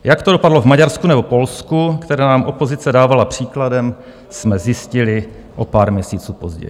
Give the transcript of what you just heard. Jak to dopadlo v Maďarsku nebo Polsku, které nám opozice dávala příkladem, jsme zjistili o pár měsíců později.